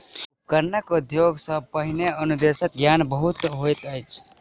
उपकरणक उपयोग सॅ पहिने अनुदेशक ज्ञान बहुत आवश्यक होइत अछि